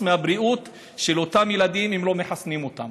מהבריאות של אותם ילדים אם לא מחסנים אותם.